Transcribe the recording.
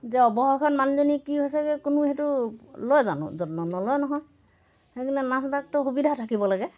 যে অৱশেষত মানুহজনী কি হৈছেগৈ কোনো সেইটো লয় জানো যত্ন নলয় নহয় সেইকাৰণে নাৰ্চ ডাক্টৰৰ সুবিধা থাকিব লাগে